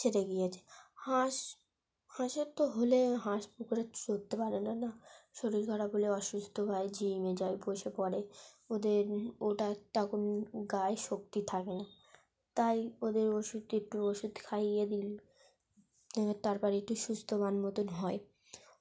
সেরে গিয়েছে হাঁস হাঁসের তো হলে হাঁস পুকুরে চরতে পারে না না শরীর খারাপ হলে অসুস্থ হয় ঝিমিয়ে যায় বসে পড়ে ওদের ওটা তখন গায়ে শক্তি থাকে না তাই ওদের ওষুধ একটু ওষুধ খাইয়ে দিলে এবার তার পরে একটু সুস্থ মতন হয়